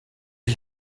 est